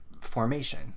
formation